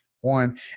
one